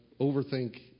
overthink